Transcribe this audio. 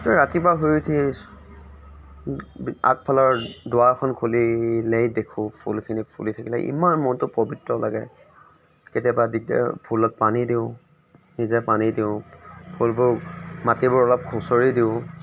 ৰাতিপুৱা শুই উঠি চ আগফালৰ দুৱাৰখন খুলিলেই দেখোঁ ফুলখিনি ফুলি থাকিলে ইমান মনটো পবিত্ৰ লাগে কেতিয়াবা দিগদাৰ ফুলত পানী দিওঁ নিজে পানী দিওঁ ফুলবোৰ মাটিবোৰ অলপ খুচৰি দিওঁ